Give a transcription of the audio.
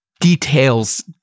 details